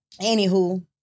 Anywho